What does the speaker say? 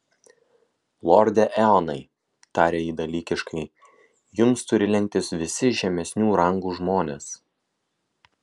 lorde eonai tarė ji dalykiškai jums turi lenktis visi žemesnių rangų žmonės